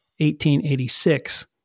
1886